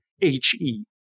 H-E